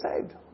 saved